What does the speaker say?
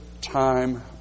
time